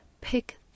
pick